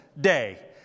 Day